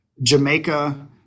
Jamaica